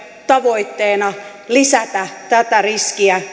tavoitteena lisätä tätä riskiä